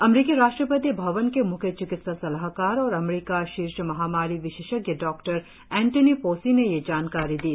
अमरीकी राष्ट्रपति भवन के म्ख्य चिकित्सा सलाहकार और अमरीका के शीर्ष महामारी विशेषज्ञ डॉक्टर एंथनी फॉसी ने यह जानकारी दी